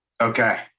Okay